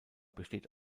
besteht